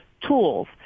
tools